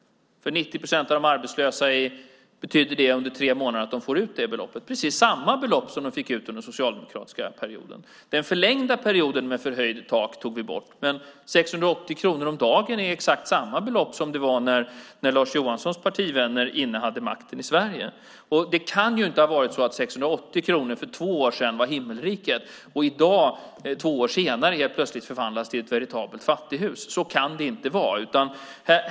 För 90 procent av de arbetslösa betyder det att de under tre månader får ut det beloppet. Det är precis samma belopp som de fick ut under den socialdemokratiska perioden. Den förlängda perioden med förhöjt tak tog vi bort. Men 680 kronor om dagen är exakt samma belopp som när Lars Johanssons partivänner innehade makten i Sverige. Det kan inte ha varit så att 680 kronor för två år sedan var himmelriket, och i dag två år senare har det helt plötsligt förvandlats till ett veritabelt fattighus. Så kan det inte vara.